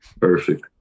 Perfect